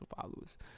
followers